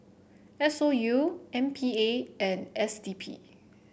S O U M P A and S D P